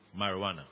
marijuana